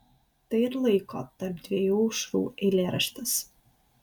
tai ir laiko tarp dviejų aušrų eilėraštis